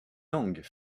langues